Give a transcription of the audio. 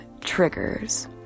triggers